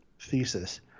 thesis